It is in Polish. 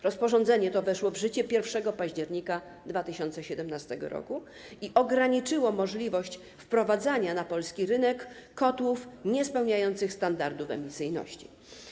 Rozporządzenie to weszło w życie 1 października 2017 r. i ograniczyło możliwość wprowadzania na polski rynek kotłów niespełniających standardów emisyjności.